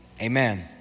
Amen